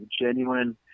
genuine